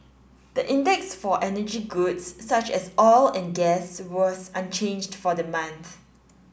the index for energy goods such as oil and gas was unchanged for the month